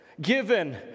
Given